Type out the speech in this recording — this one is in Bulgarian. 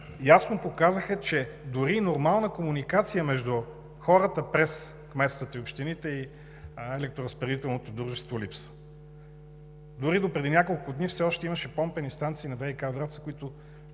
ясно показаха, че дори липсва и нормална комуникация между хората през кметствата, общините и електроразпределителното дружество. Дори допреди няколко дни все още имаше помпени станции на ВиК – Враца, които